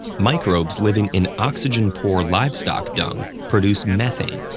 microbes living in oxygen-poor livestock dung produce methane,